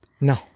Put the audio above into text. No